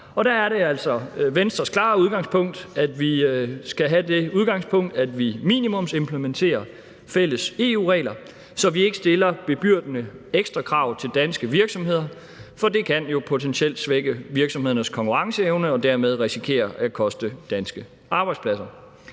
Der er det altså Venstres klare holdning, at vi skal have det udgangspunkt, at vi minimumsimplementerer fælles EU-regler, så vi ikke stiller bebyrdende ekstra krav til danske virksomheder, for det kan jo potentielt svække virksomhedernes konkurrenceevne, og dermed risikerer vi, at det koster danske arbejdspladser.